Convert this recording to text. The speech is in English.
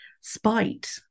Spite